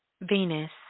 Venus